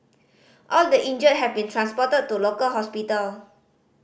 all the injured have been transported to local hospital